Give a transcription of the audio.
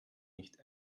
nicht